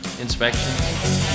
inspections